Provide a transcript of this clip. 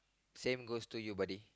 same goes to you buddy